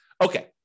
Okay